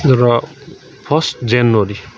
र फर्स्ट जनवरी